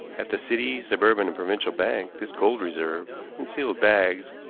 at the city, suburban and provincial bank this gold reserve, in sealed bags,